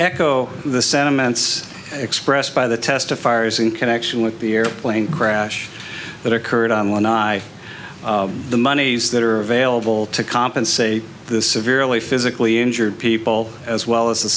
echo the sentiments expressed by the testifiers in connection with the airplane crash that occurred on one i the monies that are available to compensate the severely physically injured people as well as the